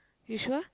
you sure